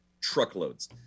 truckloads